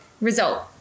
Result